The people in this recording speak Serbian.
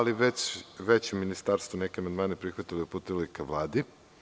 Znači, već su u Ministarstvu neke amandmane prihvatili i uputili ka Vladi.